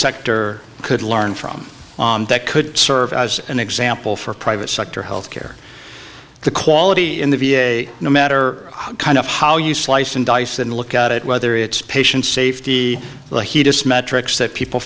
sector could learn from that could serve as an example for private sector health care the quality in the v a no matter kind of how you slice and dice and look at it whether it's patient safety the hugest metrics that people